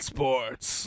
Sports